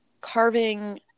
carving